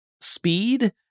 speed